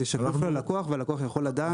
זה שקוף ללקוח והלקוח יכול לדעת.